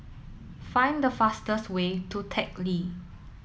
find the fastest way to Teck Lee